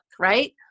right